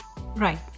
right